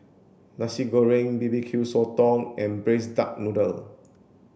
nasi goreng B B Q sotong and braised duck noodle